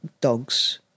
Dogs